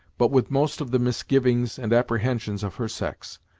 but with most of the misgivings and apprehensions of her sex.